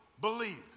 believed